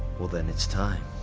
well, then it's time.